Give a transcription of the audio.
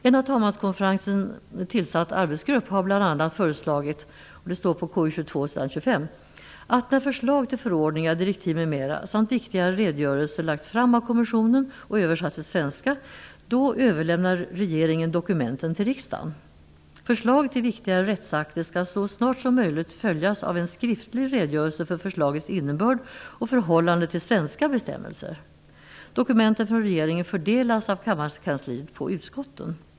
En av talmanskonferensen tillsatt arbetsgrupp har bl.a. föreslagit att när förslag till förordningar, direktiv m.m. samt viktigare redogörelser lagts fram av kommissionen och översatts till svenska överlämnar regeringen dokumenten till riksdagen. Förslag till viktigare rättsakter skall så snart som möjligt följas av en skriftlig redogörelse för förslagets innebörd och förhållande till svenska bestämmelser. Dokumenten från regeringen fördelas av utskottens kanslier.